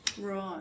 Right